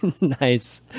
nice